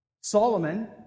Solomon